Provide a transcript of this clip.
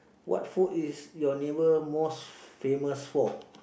what food is your neighbour most famous for